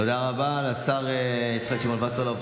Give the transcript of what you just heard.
תודה רבה לשר יצחק שמעון וסרלאוף.